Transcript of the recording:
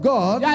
God